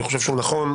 אני חושב שהוא נכון.